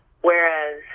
Whereas